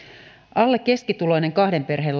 alle keskituloinen kahden lapsen perhe